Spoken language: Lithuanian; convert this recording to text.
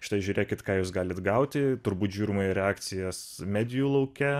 štai žiūrėkit ką jūs galit gauti turbūt žiūrima į reakcijas medijų lauke